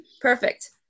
Perfect